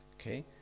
Okay